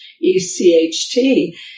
E-C-H-T